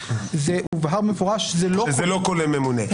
זה הובהר במפורש שזה לא כולל ממונה.